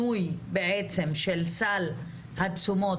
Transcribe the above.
הציפייה מאיתנו היא כזו שאנחנו בעצם ננהל את המשא ומתן,